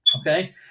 Okay